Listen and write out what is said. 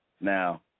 Now